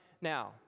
now